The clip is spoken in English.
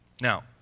Now